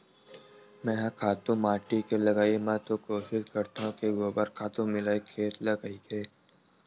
मेंहा खातू माटी के लगई म तो कोसिस करथव के गोबर खातू मिलय खेत ल कहिके